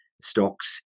stocks